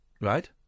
Right